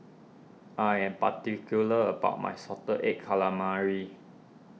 I am particular about my Salted Egg Calamari